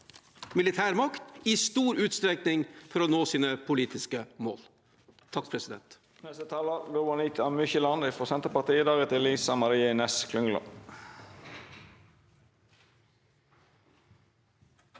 militærmakt i stor utstrekning for å nå sine politiske mål.